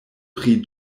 pri